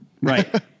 Right